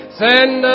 send